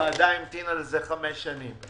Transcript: שהוועדה המתינה לזה חמש שנים.